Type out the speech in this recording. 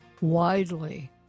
widely